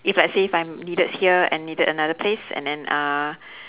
if let's say if I'm needed here and needed another place and then uh